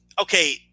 Okay